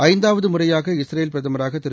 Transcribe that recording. ஐந்தாவது முறையாக இஸ்ரேல் பிரதமராக திரு